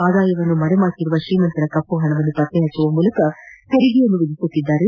ಆದಾಯವನ್ನು ಮರೆಮಾಚಿರುವ ಶ್ರೀಮಂತರ ಕಮ್ನಹಣವನ್ನು ಪತ್ತೆ ಪಚ್ಚುವ ಮೂಲಕ ತೆರಿಗೆಯನ್ನು ವಿಧಿಸಿದ್ದಾರೆ